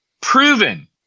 proven